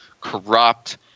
corrupt